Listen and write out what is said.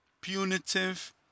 punitive